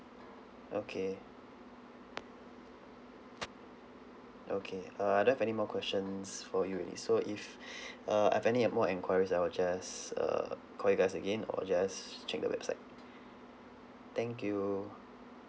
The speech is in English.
okay okay uh I don't have any more questions for you already so if uh I have any uh more enquiries I'll just err call you guys again or just check the website thank you